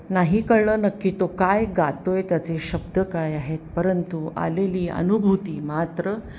नाही कळलं नक्की तो काय गातो आहे त्याचे शब्द काय आहेत परंतु आलेली अनुभूती मात्र